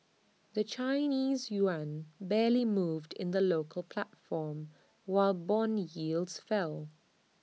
the Chinese Yuan barely moved in the local platform while Bond yields fell